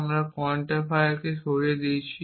আমরা কোয়ান্টিফায়ারটি সরিয়ে দিয়েছি